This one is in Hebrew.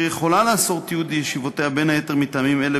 יכולה לאסור את תיעוד ישיבותיה בין היתר מטעמים אלה,